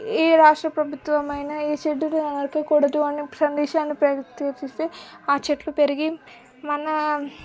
ఏ రాష్ట్ర ప్రభుత్వమైన ఏ చెట్టును నరకకూడదు అన్న కండిషన్ పెడితేతే ఆ చెట్లు పెరిగి మన